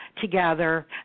together